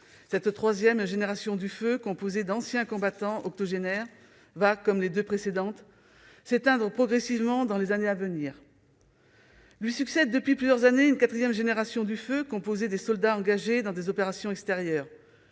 Cette troisième génération du feu, composée d'anciens combattants octogénaires, va, comme les deux précédentes, s'éteindre progressivement dans les années à venir. Lui succède depuis plusieurs années une quatrième génération du feu, composée des soldats engagés dans des opérations extérieures.